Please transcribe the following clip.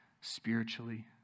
spiritually